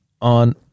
on